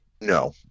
No